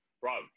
bro